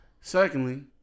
Secondly